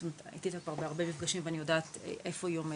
הייתי איתה כבר בהרבה מפגשים ואני יודעת איפה היא עומדת.